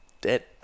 dead